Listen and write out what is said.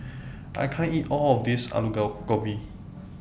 I can't eat All of This Alu Gobi